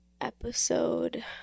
episode